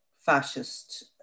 fascist